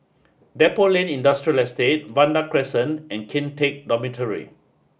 Depot Lane Industrial Estate Vanda Crescent and Kian Teck Dormitory